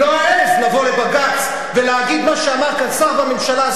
לא אעז לבוא לבג"ץ ולהגיד מה שאמר כאן שר בממשלה,